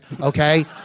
okay